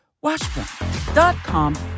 washburn.com